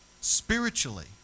spiritually